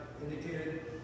indicated